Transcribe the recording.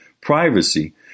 privacy